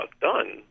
done